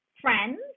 friends